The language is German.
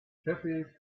sheffield